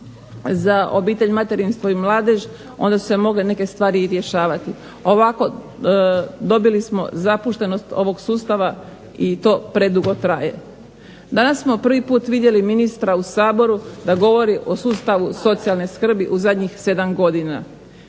za obitelj, materinstvo i mladež onda su se mogle neke stvari i rješavati, a ovako dobili smo zapuštenost ovog sustava i to predugo traje. Danas smo prvi put vidjeli ministra u Saboru da govori o sustavu socijalne skrbi u zadnjih 7 godina.